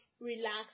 relax